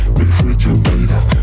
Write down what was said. refrigerator